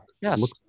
Yes